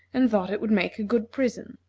and thought it would make a good prison.